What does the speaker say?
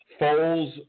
Foles